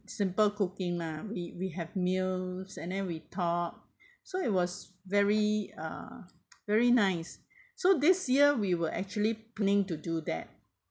simple cooking lah we we have meals and then we talk so it was very uh very nice so this year we were actually planning to do that